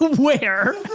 where?